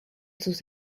sus